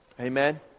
Amen